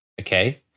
Okay